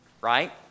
right